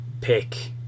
pick